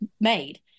made